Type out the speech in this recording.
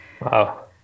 Wow